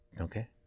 Okay